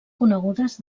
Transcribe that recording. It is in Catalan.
conegudes